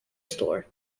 store